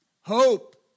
Hope